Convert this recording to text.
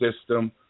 system